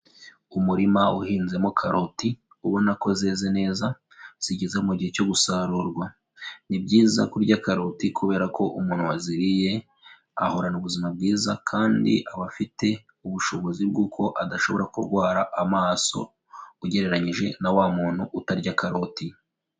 Umurima uhinzemo karoti ubona ko zeze neza zigeze mu gihe cyo gusarurwa. Ni byiza kurya karoti kubera ko umuntu waziriye ahorana ubuzima bwiza kandi aba afite ubushobozi bw'uko adashobora kurwara amaso ugereranyije na wa muntu utarya karoti.